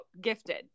gifted